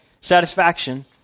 satisfaction